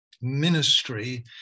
ministry